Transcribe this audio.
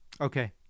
okay